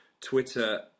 Twitter